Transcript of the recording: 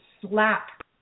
slap